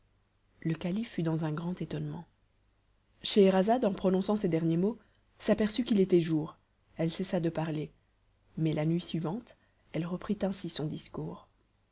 le calife fut dans un grand étonnement scheherazade en prononçant ces derniers mots s'aperçut qu'il était jour elle cessa de parler mais la nuit suivante elle reprit ainsi son discours